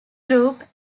group